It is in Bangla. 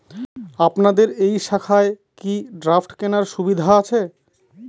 আপনাদের এই শাখায় কি ড্রাফট কেনার সুবিধা আছে?